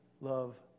love